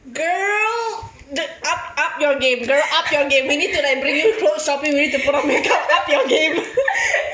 girl g~ up up your game girl up your game we need to like bring you clothes shopping we need to put on make up up your game